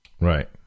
Right